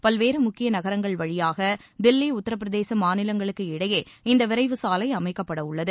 பல்வேறு முக்கிய நகரங்கள் வழியாக தில்லி உத்தரப்பிரதேச மாநிலங்களுக்கு இடையே இந்த விரைவு சாலை அமைக்கப்பட உள்ளது